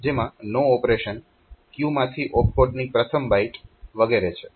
જેમાં નો ઓપરેશન કયું માંથી ઓપ કોડની પ્રથમ બાઈટ વગેરે છે